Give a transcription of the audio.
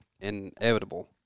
inevitable